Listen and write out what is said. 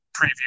preview